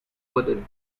wooded